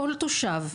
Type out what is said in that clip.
כל תושב,